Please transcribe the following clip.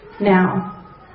now